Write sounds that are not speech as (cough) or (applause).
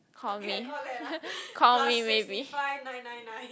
call me (laughs) call me maybe